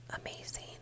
amazing